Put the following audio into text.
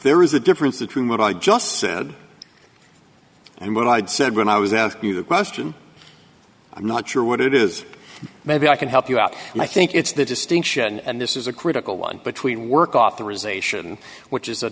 there is a difference between what i just said and what i'd said when i was asked you the question i'm not sure what it is maybe i can help you out and i think it's the distinction and this is a critical one between work authorization which is a